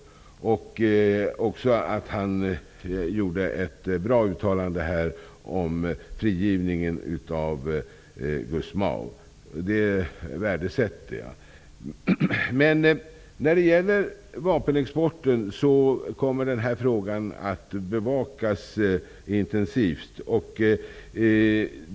Jag tycker också att statsrådet gjorde ett bra uttalande om frigivningen av Gusmao, vilket jag värdesätter. Frågan om vapenexporten kommer att bevakas intensivt.